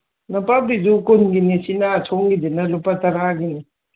ꯅꯄꯥꯛꯄꯤꯁꯨ ꯀꯨꯟꯒꯤꯅꯤ ꯁꯤꯅ ꯁꯣꯝꯒꯤꯁꯤꯅ ꯂꯨꯄꯥ ꯇꯔꯥꯒꯤꯅꯤ